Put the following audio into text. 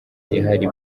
ihari